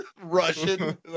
Russian